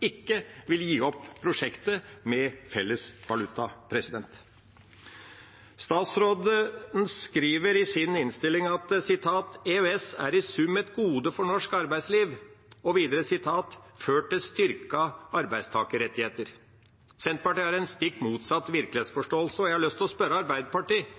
ikke vil gi opp prosjektet med felles valuta. Utenriksministeren sa i sin redegjørelse: «Likevel er EØS-reglene i sum et gode for norsk arbeidsliv, og har også ført til styrkede arbeidstakerrettigheter.» Senterpartiet har en stikk motsatt virkelighetsforståelse, og jeg har lyst til å spørre om Arbeiderpartiet –